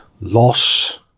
loss